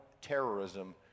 terrorism